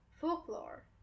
Folklore